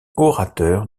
orateur